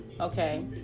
Okay